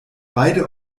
beide